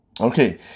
Okay